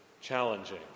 challenging